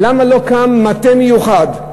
למה לא קם מטה מיוחד,